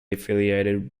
affiliated